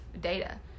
data